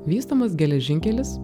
vystomas geležinkelis